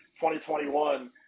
2021